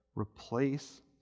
replace